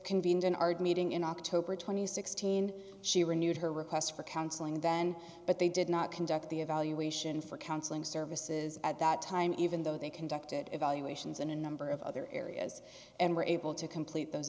convened in our meeting in october th sixteen she renewed her request for counseling then but they did not conduct the evaluation for counseling services at that time even though they conducted evaluations in a number of other areas and were able to complete those